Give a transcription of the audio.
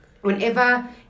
whenever